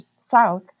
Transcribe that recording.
south